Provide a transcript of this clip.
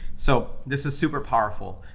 so this is super powerful.